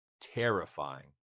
terrifying